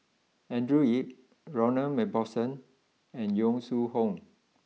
Andrew Yip Ronald Macpherson and Yong Shu Hoong